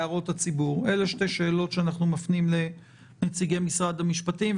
אלה שתי השאלות שאנחנו מפנים לנציגי משרד המשפטים,